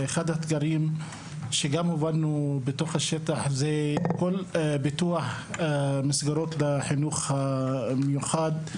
אחד האתגרים שהובלנו בתוך השטח הוא פיתוח מסגרות החינוך המיוחד,